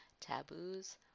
taboos